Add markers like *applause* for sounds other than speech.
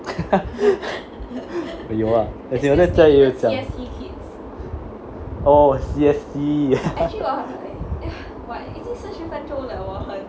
*laughs* but 有啊 as in 我在家也有讲 oh C_S_C *laughs*